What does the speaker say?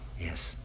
Yes